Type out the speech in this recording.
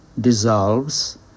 dissolves